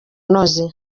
unoze